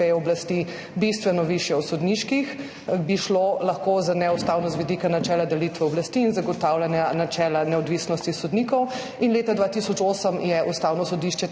oblasti bistveno višje od sodniških, bi lahko šlo za neustavnost z vidika načela delitve oblasti in zagotavljanja načela neodvisnosti sodnikov. Leta 2008 je Ustavno sodišče